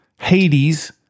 Hades